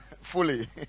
fully